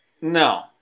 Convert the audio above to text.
No